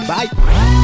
Bye